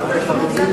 כלפי החרדים,